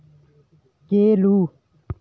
ᱪᱟᱹᱞᱩ